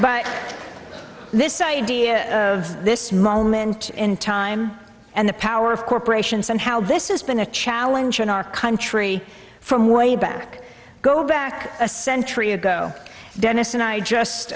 but this idea of this moment in time and the power of corporations and how this has been a challenge in our country from way back go back a century ago denison i just